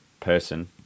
person